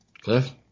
Cliff